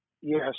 Yes